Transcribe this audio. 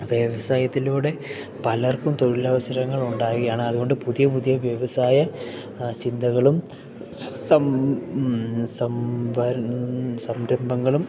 വ്യവസായത്തിലൂടെ പലർക്കും തൊഴിൽ അവസരങ്ങൾ ഉണ്ടാകുകയാണ് അതുകൊണ്ട് പുതിയ പുതിയ വ്യവസായ ചിന്തകളും സം സംവരണം സംരംഭങ്ങളും